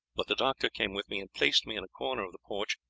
but the doctor came with me and placed me in a corner of the porch,